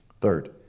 Third